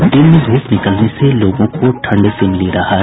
और दिन में धूप निकलने से लोगों को ठंड से मिली राहत